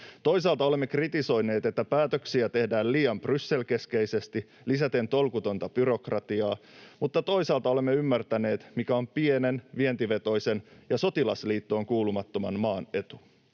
Toisaalta olemme kritisoineet, että päätöksiä tehdään liian Bryssel-keskeisesti lisäten tolkutonta byrokratiaa, mutta toisaalta olemme ymmärtäneet, mikä on pienen, vientivetoisen ja sotilasliittoon kuulumattoman maan etu.